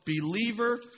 believer